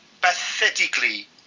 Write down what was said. pathetically